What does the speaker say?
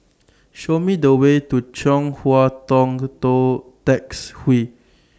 Show Me The Way to Chong Hua Tong Tou Tecks Hwee